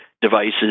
devices